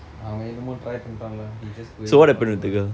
அவன் என்னமோ:avan ennamoo try பண்றான்:pandraan lah he just going all over